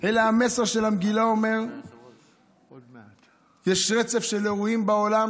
אלא המסר של המגילה אומר שיש רצף של אירועים בעולם,